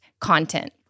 content